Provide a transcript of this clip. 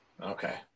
Okay